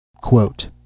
Quote